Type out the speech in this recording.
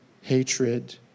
hatred